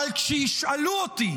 אבל כשישאלו אותי